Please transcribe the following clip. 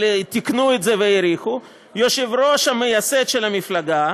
אבל תיקנו את זה והאריכו: היושב-ראש המייסד של המפלגה,